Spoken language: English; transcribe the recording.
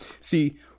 See